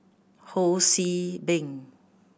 Ho See Beng